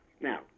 now